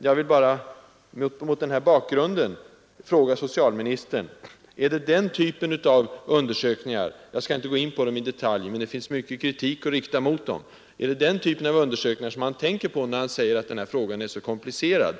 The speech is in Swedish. Jag vill mot denna bakgrund bara fråga socialministern: Är det denna typ av undersökningar — jag skall inte gå in på dem i detalj, men det finns mycken kritik att rikta mot dem — som man tänker på, när man säger att frågan är så komplicerad?